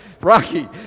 Rocky